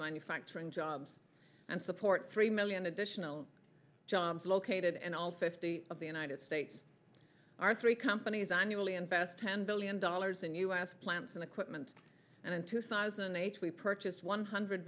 manufacturing jobs and support three million additional jobs located and all fifty of the united states our three companies annually invest ten billion dollars in u s plants and equipment and into size and age we purchased one hundred